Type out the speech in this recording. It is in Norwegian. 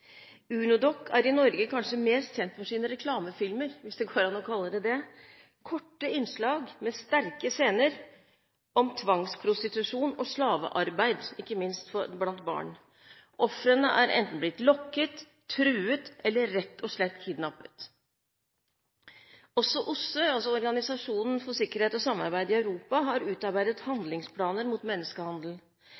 UNODC er i Norge kanskje mest kjent for sine reklamefilmer, hvis det går an å kalle dem det – korte innslag med sterke scener om tvangsprostitusjon og slavearbeid, ikke minst blant barn. Ofrene er enten blitt lokket, truet, eller rett og slett kidnappet. Også OSSE, Organisasjonen for sikkerhet og samarbeid i Europa, har utarbeidet